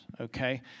okay